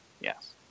Yes